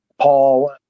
Paul